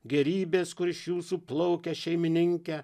gėrybės kuri iš jūsų plaukia šeimininke